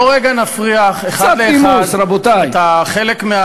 בואו רגע נפריך אחד לאחד את החלק של